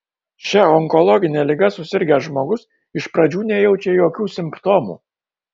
šia onkologine liga susirgęs žmogus iš pradžių nejaučia jokių simptomų